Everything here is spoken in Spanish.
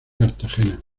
cartagena